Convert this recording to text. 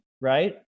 right